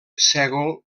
sègol